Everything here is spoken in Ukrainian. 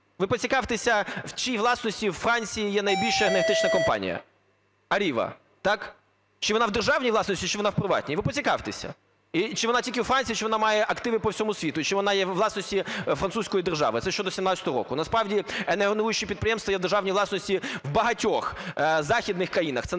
Ви поцікавтеся, в чиїй власності у Франції є найбільша енергетична компанія AREVA, так? Чи вона в державній власності, чи вона в приватній? Ви поцікавтеся. Чи вона тільки у Франції, чи вона має активи по всьому світу, чи вона є у власності Французької держави? Це щодо 17-го року. Насправді, енергогенеруючі підприємства є в державній власності в багатьох західних країнах